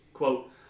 Quote